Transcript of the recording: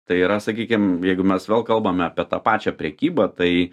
tai yra sakykim jeigu mes vėl kalbame apie tą pačią prekybą tai